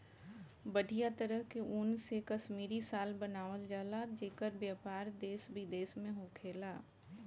बढ़िया तरह के ऊन से कश्मीरी शाल बनावल जला जेकर व्यापार देश विदेश में होखेला